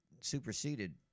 superseded